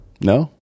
No